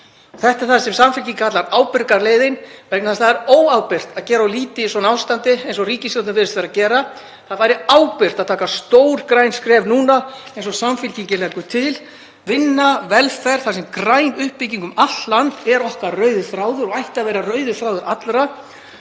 Þetta er það sem Samfylkingin kallar ábyrgu leiðina vegna þess að það er óábyrgt að gera of lítið í svona ástandi eins og ríkisstjórnin virðist vera að gera. Það væri ábyrgt að taka stór græn skref núna eins og Samfylkingin leggur til, þar sem vinna, velferð og græn uppbygging um allt land er okkar rauði þráður og ætti að vera rauði þráður allra.